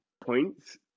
points